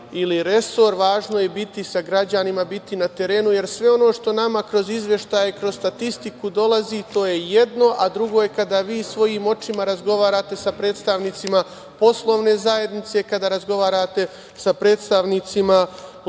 ili resor, važno je biti sa građanima, biti na terenu, jer sve ono što nama kroz izveštaje, kroz statistiku dolazi, to je jedno, a drugo je kada vi svojim očima razgovarate sa predstavnicima poslovne zajednice, kada razgovarate sa predstavnicima lokalne